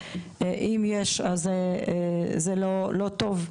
ואם יש אז זה לא טוב,